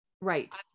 right